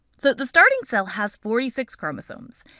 so the starting cell has forty six chromosomes,